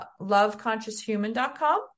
loveconscioushuman.com